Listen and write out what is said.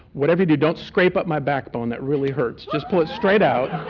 whatever you do, don't scrape up my backbone, that really hurts, just pull it straight out.